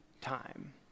time